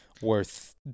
worth